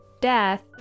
death